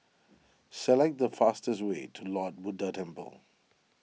select the fastest way to Lord Buddha Temple